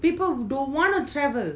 people don't want to travel